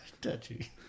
Touchy